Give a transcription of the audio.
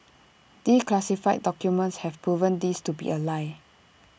declassified documents have proven this to be A lie